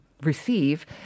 receive